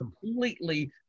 completely